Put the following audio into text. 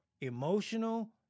emotional